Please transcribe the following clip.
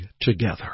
together